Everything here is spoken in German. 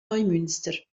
neumünster